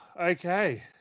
Okay